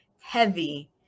heavy